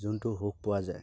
যোনটো সুখ পোৱা যায়